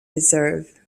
reserve